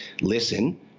listen